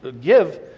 give